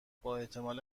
باحتمال